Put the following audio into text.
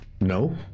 No